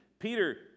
Peter